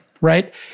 right